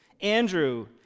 Andrew